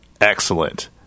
excellent